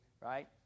right